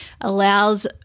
allows